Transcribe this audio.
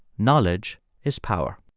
knowledge is power